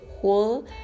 whole